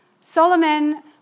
Solomon